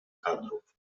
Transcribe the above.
kadrów